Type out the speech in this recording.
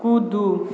कूदू